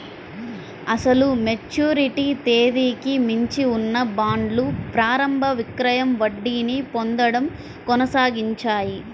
అసలు మెచ్యూరిటీ తేదీకి మించి ఉన్న బాండ్లు ప్రారంభ విక్రయం వడ్డీని పొందడం కొనసాగించాయి